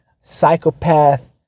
psychopath